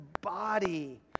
body